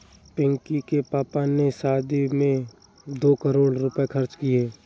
पिंकी के पापा ने शादी में दो करोड़ रुपए खर्च किए